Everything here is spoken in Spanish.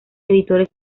editores